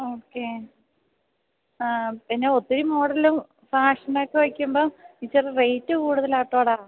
okay പിന്നെ ഒത്തിരി മോഡലും ഫാഷനക്കെ വയ്ക്കുമ്പം ഇച്ചിരി റേയ്റ്റ് കൂടുതലാട്ടോടാ